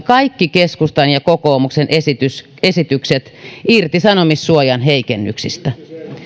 kaikki keskustan ja kokoomuksen esitykset irtisanomissuojan heikennyksistä